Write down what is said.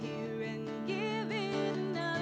you know